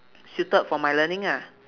suited for my learning ah